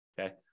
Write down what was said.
Okay